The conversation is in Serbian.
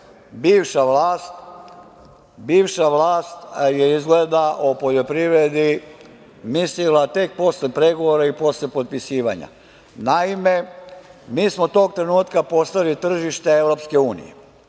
bivša vlast je izgleda od poljoprivredi mislila tek posle pregovora i posle potpisivanja. Naime, mi smo tog trenutka postali tržište